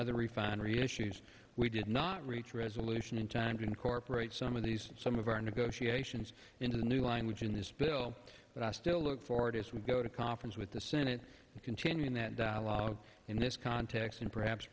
other refinery issues we did not reach resolution in time to incorporate some of these some of our negotiations into the new language in this bill but i still look forward as we go to conference with the senate to continue in that dialogue in this context and perhaps